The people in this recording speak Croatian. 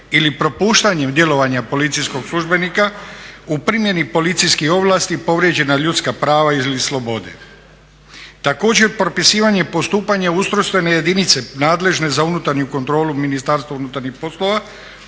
ili propuštanjem djelovanja policijskog službenika u primjeni policijskih ovlasti povrijeđena ljudska prava ili slobode. Također propisivanjem postupanja ustrojstvene jedinice nadležne za unutarnju kontrolu Ministarstva unutarnjih poslova